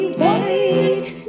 white